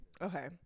Okay